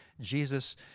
Jesus